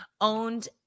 owned